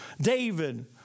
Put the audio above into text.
David